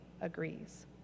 agrees